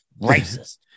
Racist